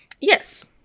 Yes